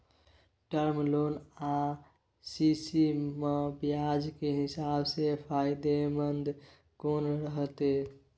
Term loan आ CC म ब्याज के हिसाब से फायदेमंद कोन रहते?